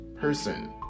person